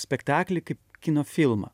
spektaklį kaip kino filmą